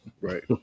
right